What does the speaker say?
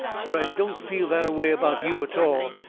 fur i don't feel that-a-way about you a-tall.